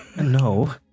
no